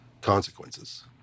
consequences